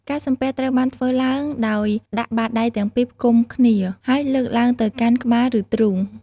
ការសំពះត្រូវបានធ្វើឡើងដោយដាក់បាតដៃទាំងពីរផ្គុំគ្នាហើយលើកឡើងទៅកាន់ក្បាលឬទ្រូង។